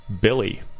Billy